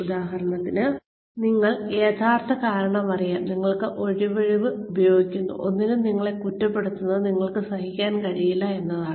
ഉദാഹരണത്തിന് നിങ്ങൾക്ക് യഥാർത്ഥ കാരണം അറിയാം നിങ്ങൾ ആ ഒഴിവ്കഴിവ് ഉപയോഗിക്കുന്നു ഒന്നിനും നിങ്ങളെ കുറ്റപ്പെടുത്തുന്നത് നിങ്ങൾക്ക് സഹിക്കാൻ കഴിയില്ല എന്നതാണ്